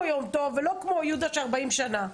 יום טוב ולא כמו יהודה במשך 40 שנים,